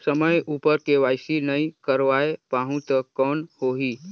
समय उपर के.वाई.सी नइ करवाय पाहुं तो कौन होही?